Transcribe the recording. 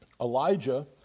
Elijah